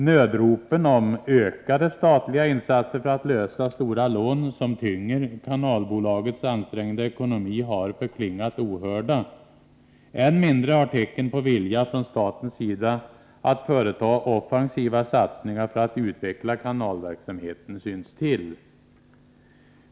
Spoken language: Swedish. Nödropen om ökade statliga insatser för att lösa stora lån som tynger kanalbolagets ansträngda ekonomi har förklingat ohörda. Än mindre har tecken på vilja från statens sida att företa offensiva satsningar för att utveckla kanalverksamheten synts till.